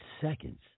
Seconds